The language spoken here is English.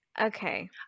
okay